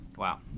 Wow